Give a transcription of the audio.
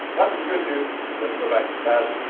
that's the good news. let's go back to the bad